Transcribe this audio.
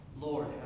Lord